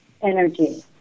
energy